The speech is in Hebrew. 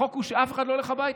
החוק הוא שאף אחד לא הולך הביתה.